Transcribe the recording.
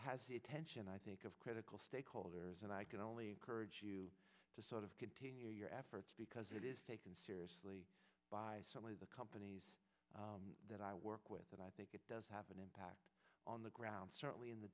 has the attention i think of critical stakeholders and i can only encourage you to sort of continue your efforts because it is taken seriously by some of the companies that i work with and i think it does have an impact on the ground certainly in the